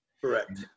Correct